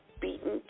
Beaten